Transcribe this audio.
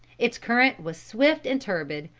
its current was swift and turbid,